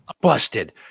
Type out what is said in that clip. Busted